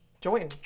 join